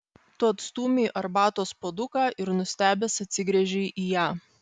tu atstūmei arbatos puoduką ir nustebęs atsigręžei į ją